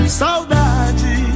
saudade